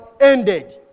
ended